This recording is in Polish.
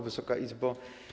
Wysoka Izbo!